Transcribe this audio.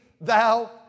thou